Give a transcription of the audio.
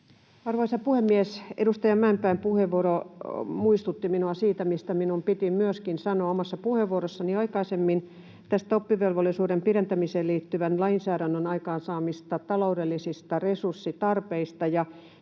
Arvoisa puhemies! Edustaja Mäenpään puheenvuoro muistutti minua siitä, mistä minun piti myöskin sanoa omassa puheenvuorossani aikaisemmin näistä oppivelvollisuuden pidentämiseen liittyvän lainsäädännön aikaansaamista taloudellisista resurssitarpeista.